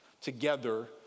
together